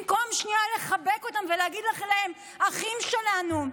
במקום שנייה לחבק אותם ולהגיד להם: אחים שלנו,